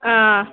آ